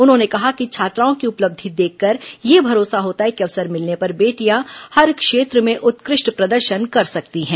उन्होंने कहा कि छात्राओं की उपलब्धि देखकर यह भरोसा होता है कि अवसर मिलने पर बेटियां हर क्षेत्र में उत्कृष्ट प्रदर्शन कर सकती हैं